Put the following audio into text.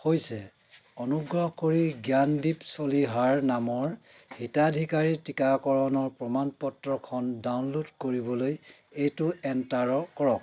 হৈছে অনুগ্ৰহ কৰি জ্ঞানদীপ চলিহাৰ নামৰ হিতাধিকাৰীৰ টিকাকৰণৰ প্ৰমাণ পত্ৰখন ডাউনলোড কৰিবলৈ এইটো এণ্টাৰ কৰক